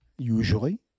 Usually